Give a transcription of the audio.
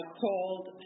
called